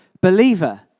believer